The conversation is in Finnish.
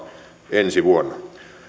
ensi vuonna